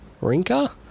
Rinka